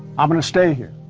i'm gonna stay here.